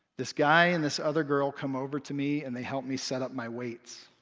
this guy and this other girl come over to me and they help me set up my weights.